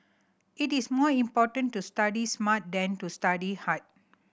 it is more important to study smart than to study hard